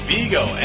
Vigo